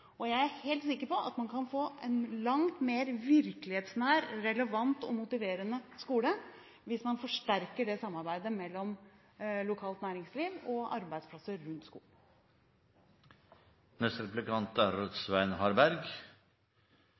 elevene. Jeg er helt sikker på at man kan få en langt mer virkelighetsnær, relevant og motiverende skole hvis man forsterker samarbeidet mellom lokalt næringsliv og arbeidsplasser rundt skolen. I salen i dag har det vært tydelig enighet om at det er